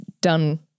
done